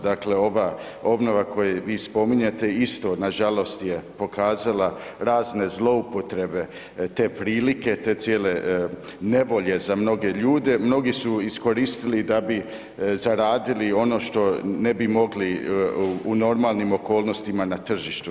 Dakle, ova obnova koje vi spominjete isto nažalost je pokazala razne zloupotrebe te prilike te cijele nevolje za mnoge ljude, mnogi su iskoristili da bi zaradili ono što ne bi mogli u normalnim okolnostima na tržištu.